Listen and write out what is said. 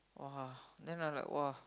!wah! then I like !wah!